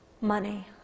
money